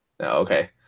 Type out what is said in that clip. Okay